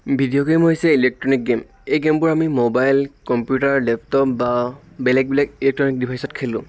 video game হৈছে electronic game এই গেমবোৰ আমি ম'বাইল কম্পিউটাৰ লেপটপ বা বেলেগ বেলেগ ইলেকট্ৰ'নিক ডিভাইচত খেলোঁ